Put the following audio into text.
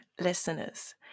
listeners